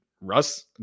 Russ